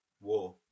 War